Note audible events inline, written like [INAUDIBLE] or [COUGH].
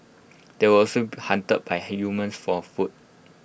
they were also [HESITATION] hunted by humans for food